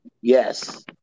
Yes